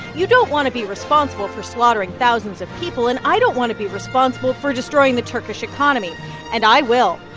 you don't want to be responsible for slaughtering thousands of people, and i don't want to be responsible for destroying the turkish economy and i will.